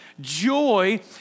joy